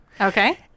Okay